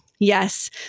Yes